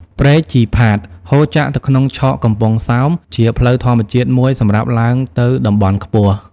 ព្រែកជីផាត ហូរចាក់ទៅក្នុងឆកកំពង់សោម ជាផ្លូវធម្មជាតិមួយសម្រាប់ឡើងទៅតំបន់ខ្ពស់។